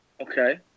Okay